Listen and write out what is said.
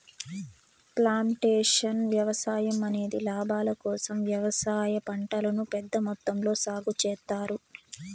plantation వ్యవసాయం అనేది లాభాల కోసం వ్యవసాయ పంటలను పెద్ద మొత్తంలో సాగు చేత్తారు